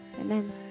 Amen